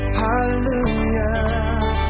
hallelujah